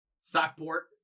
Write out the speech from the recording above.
Stockport